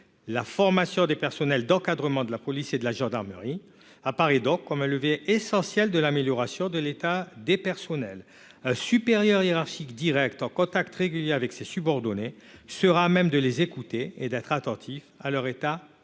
La formation des personnels d'encadrement de la police et de la gendarmerie apparaît donc comme un levier essentiel de l'amélioration de l'état des personnels. Un supérieur hiérarchique direct en contact régulier avec ses subordonnés sera à même de les écouter et d'être attentif à leur état moral.